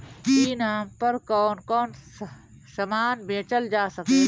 ई नाम पर कौन कौन समान बेचल जा सकेला?